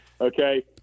okay